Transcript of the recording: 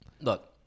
look